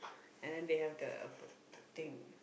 and then they have the frappe thing